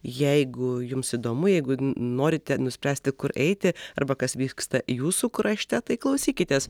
jeigu jums įdomu jeigu norite nuspręsti kur eiti arba kas vyksta jūsų krašte tai klausykitės